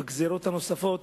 בגזירות הנוספות,